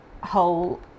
whole